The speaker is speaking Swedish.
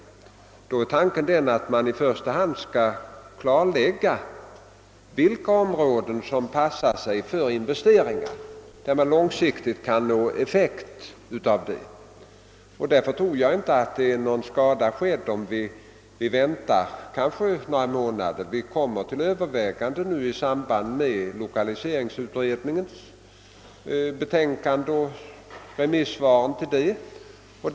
Tanken är i första hand att klarlägga vilka områden som passar sig för investeringar, av vilka man på lång sikt kan uppnå effekter. Därför tror jag inte det är någon skada skedd om vi väntar några månader. Vi kommer att göra överväganden om stöd till turismen i samband med att lokaliseringsutredningens betänkande och dess remissvar föreligger.